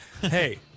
hey